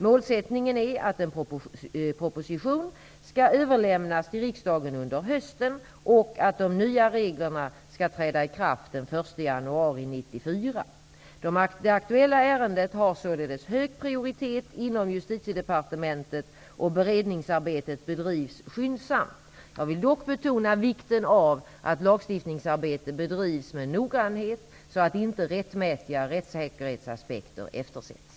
Målsättningen är att en proposition skall överlämnas till riksdagen under hösten, och att de nya reglerna skall träda i kraft den 1 januari 1994. Det aktuella ärendet har således hög prioritet inom Justitiedepartementet och beredningsarbetet bedrivs skyndsamt. Jag vill dock betona vikten av att lagstiftningsarbete bedrivs med noggrannhet så att inte rättmätiga rättssäkerhetsaspekter eftersätts.